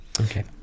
Okay